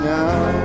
now